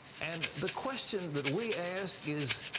and the question that we ask is,